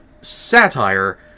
satire